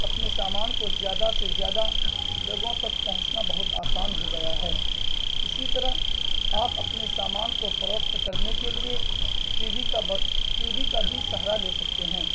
اپنے سامان کو زیادہ سے زیادہ لوگوں تک پہنچنا بہت آسان ہو گیا ہے اسی طرح آپ اپنے سامان کو فروخت کرنے کے لیے ٹی وی کا ٹی وی کا بھی سہارا لے سکتے ہیں